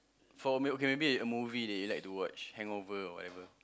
for maybe okay maybe movie that you like to watch hangover or whatever